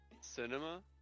Cinema